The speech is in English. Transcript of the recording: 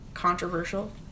Controversial